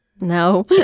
No